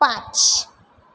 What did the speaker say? પાંચ